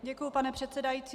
Děkuji, pane předsedající.